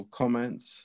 comments